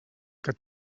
que